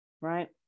right